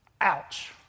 Ouch